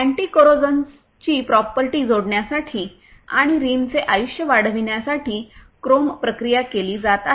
अँटीकोरोसन्सची property जोडण्यासाठी आणि रिमचे आयुष्य वाढविण्यासाठी क्रोम प्रक्रिया केली जात आहे